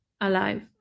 alive